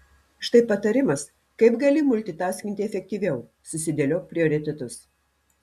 štai patarimas kaip gali multitaskinti efektyviau susidėliok prioritetus